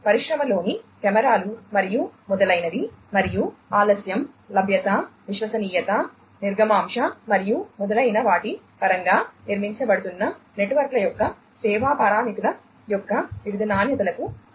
పరిశ్రమలోని కెమెరాలు మరియు మొదలైనవి మరియు ఆలస్యం లభ్యత విశ్వసనీయత నిర్గమాంశ మరియు మొదలైన వాటి పరంగా నిర్మించబడుతున్న నెట్వర్క్ల యొక్క సేవా పారామితుల యొక్క వివిధ నాణ్యతలకు మద్దతు ఇస్తాయి